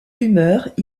rumeurs